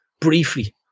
briefly